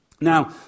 Now